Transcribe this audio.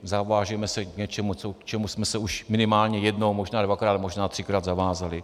Zavážeme se k něčemu, k čemu jsme se už minimálně jednou, možná dvakrát, možná třikrát zavázali.